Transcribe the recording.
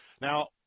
Now